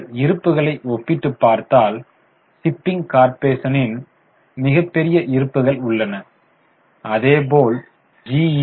நீங்கள் இருப்புக்களை ஒப்பிட்டுப் பார்த்தால் ஷிப்பிங் கார்ப்பரேஷனில் மிகப்பெரிய இருப்புகள் உள்ளன அதே போல் ஜி